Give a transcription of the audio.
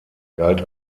galt